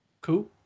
Cool